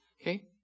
Okay